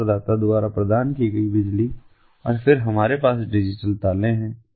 सेवा प्रदाता द्वारा प्रदान की गई बिजली और फिर हमारे पास डिजिटल ताले हैं